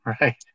Right